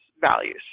values